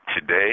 Today